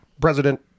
President